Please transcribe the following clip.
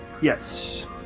Yes